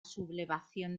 sublevación